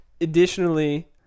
additionally